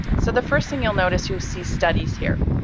so the first thing you'll notice, you see studies here.